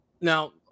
now